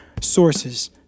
sources